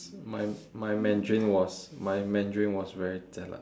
my my mandarin was my mandarin was very jialat